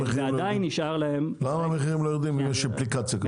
ועדיין --- למה המחירים לא יורדים אם יש את האפליקציה הזאת?